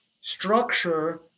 structure